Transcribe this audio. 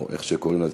או איך שקוראים לזה,